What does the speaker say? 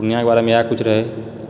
पूर्णियाँके बारेमे इएह किछु रहै